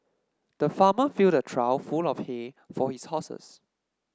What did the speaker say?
the farmer filled a trough full of hay for his horses